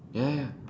ya